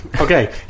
Okay